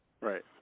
right